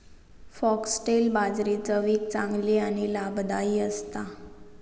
foxtail बाजरी चवीक चांगली आणि लाभदायी असता